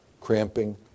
cramping